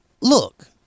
look